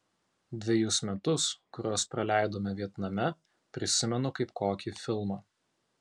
dvejus metus kuriuos praleidome vietname prisimenu kaip kokį filmą